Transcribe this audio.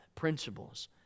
Principles